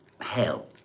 hell